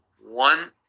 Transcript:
One